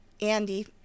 Andy